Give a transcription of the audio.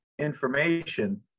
Information